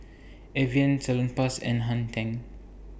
Evian Salonpas and Hang ten